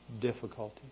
difficulty